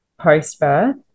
post-birth